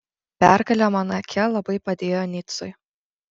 pergalė monake labai padėjo nicui